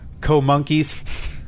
co-monkeys